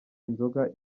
inzoga